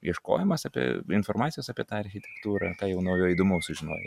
ieškojimas apie informacijos apie tą architektūrą ką jau naujo įdomaus sužinojai